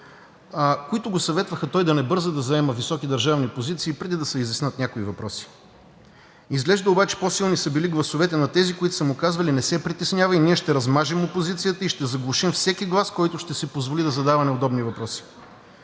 които го съветваха той да не бърза да заема високи държавни позиции, преди да се изяснят някои въпроси. Изглежда обаче по-силни са били гласовете на тези, които са му казвали: „Не се притеснявай, ние ще размажем опозицията и ще заглушим всеки глас, който ще си позволи да задава неудобни въпроси.“